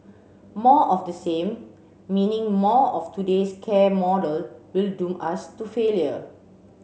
more of the same meaning more of today's care model will doom us to failure